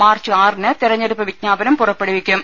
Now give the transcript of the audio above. March ആറിന് തെരഞ്ഞെടുപ്പ് വിജ്ഞാപനം പുറപ്പെടുവിക്കും